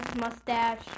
mustache